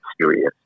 serious